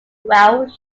welsh